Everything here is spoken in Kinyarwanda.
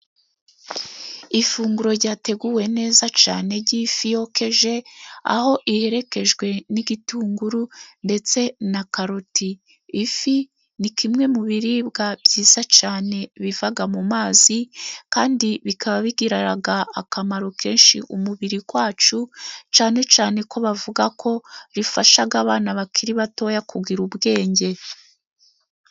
Ifunguro ryateguwe neza cyane, ifi yogeje aho iherekejwe n'igitunguru ndetse na karoti, ifi ni kimwe mu biribwa byiza cyane bivaga mu mazi kandi bikaba bigiriraga akamaro kenshi umubiri wacu cyane cyane ko bavuga ko rifasha abana bakiri batoya kugira ubwenge.